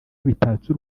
bitatse